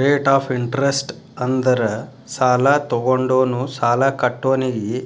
rate of interest ಅಂದ್ರ ಸಾಲಾ ತೊಗೊಂಡೋನು ಸಾಲಾ ಕೊಟ್ಟೋನಿಗಿ